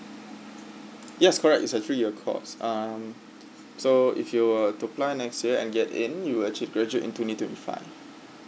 yes correct is a three year course um so if you were to apply next year and get in you actually graduate in twenty twenty five